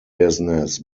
business